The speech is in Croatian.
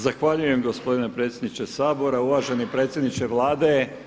Zahvaljujem gospodine predsjedniče Sabora, uvaženi predsjedniče Vlade.